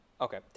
Okay